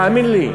תאמין לי.